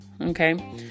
Okay